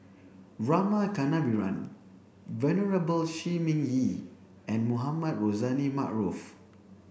Rama Kannabiran Venerable Shi Ming Yi and Mohamed Rozani Maarof